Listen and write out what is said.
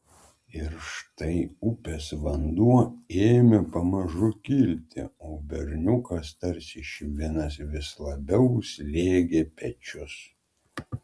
ir štai upės vanduo ėmė pamažu kilti o berniukas tarsi švinas vis labiau slėgė pečius